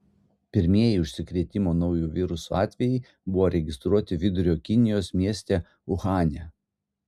pirmieji užsikrėtimo nauju virusu atvejai buvo registruoti vidurio kinijos mieste uhane